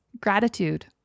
gratitude